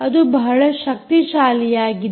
ಅದು ಬಹಳ ಶಕ್ತಿಶಾಲಿಯಾಗಿದೆ